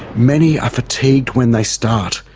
many are fatigued when they start,